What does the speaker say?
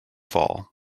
fall